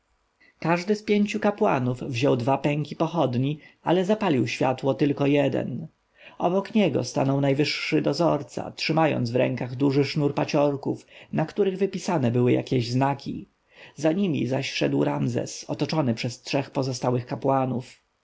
każdy z pięciu kapłanów wziął dwa pęki pochodni ale zapalił światło tylko jeden obok niego stanął najwyższy dozorca trzymając w rękach duży sznur paciorków na których wypisane były jakieś znaki za nimi zaś szedł ramzes otoczony przez trzech pozostałych kapłanów